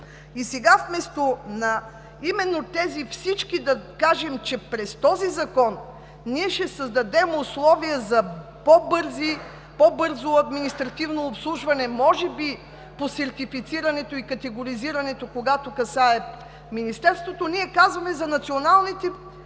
И сега вместо всички да кажем, че през този закон ще създадем условия за по-бързо административно обслужване, може би по сертифицирането и категоризирането, когато касае Министерството, ние казваме: за националните.